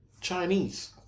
Chinese